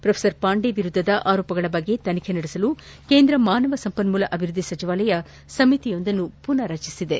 professor Pandey ವಿರುದ್ಧದ ಆರೋಪಗಳ ಬಗ್ಗೆ ತನಿಬೆ ನಡೆಸಲು ಕೇಂದ್ರ ಮಾನವ ಸಂಪನ್ಮೂಲ ಅಭಿವೃದ್ಧಿ ಸಚಿವಾಲಯ ಸಮಿತಿಯೊಂದನ್ನು ಪುನಾರಚಿಸಿದೆ